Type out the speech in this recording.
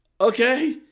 Okay